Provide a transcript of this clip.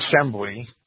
assembly